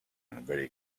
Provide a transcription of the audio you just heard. very